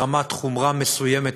ברמת חומרה מסוימת,